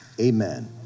Amen